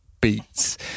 beats